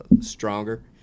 stronger